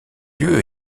lieu